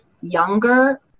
younger